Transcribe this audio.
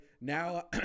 now